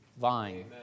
vine